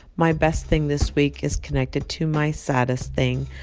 my best thing this week is connected to my saddest thing.